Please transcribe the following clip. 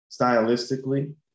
stylistically